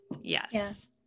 Yes